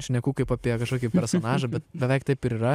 šneku kaip apie kažkokį personažą bet beveik taip ir yra